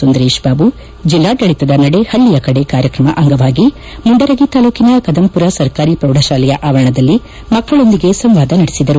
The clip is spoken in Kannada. ಸುಂದರೇಶ್ ಬಾಬು ಜಿಲ್ಲಾಡಳಿತದ ನಡೆ ಹಳ್ಳಿಯ ಕಡೆ ಕಾರ್ಯಕ್ರಮ ಅಂಗವಾಗಿ ಮುಂಡರಗಿ ತಾಲೂಕಿನ ಕದಂಪುರ ಸರ್ಕಾರಿ ಪ್ರೌಢಶಾಲೆಯ ಆವರಣದಲ್ಲಿ ಮಕ್ಕಳೊಂದಿಗೆ ಸಂವಾದ ನಡೆಸಿದರು